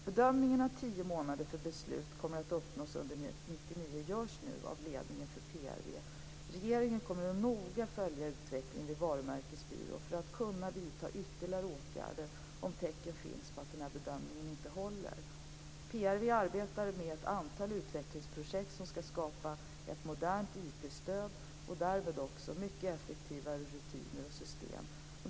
Bedömningen att tio månader för beslut i varumärkesärenden kommer att uppnås under 1999 görs nu av ledningen vid PRV. Regeringen kommer att noga följa utvecklingen vid Varumärkesbyrån för att kunna vidta ytterligare åtgärder om tecken finns på att den gjorda bedömningen inte håller. PRV arbetar med ett antal utvecklingsprojekt som skall skapa ett modernt IT-stöd och därmed mycket effektivare rutiner och system.